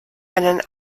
einen